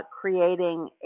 creating